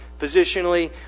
positionally